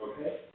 Okay